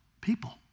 people